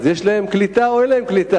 יש להם קליטה או אין להם קליטה,